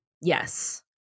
Yes